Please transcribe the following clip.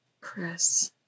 Chris